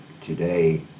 Today